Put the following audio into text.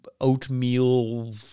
oatmeal